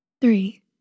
Three